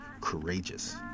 courageous